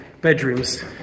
bedrooms